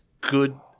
good